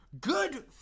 Good